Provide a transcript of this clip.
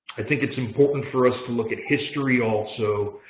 i think it's important for us to look at history, also.